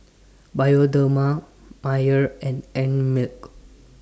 Bioderma Mayer and Einmilk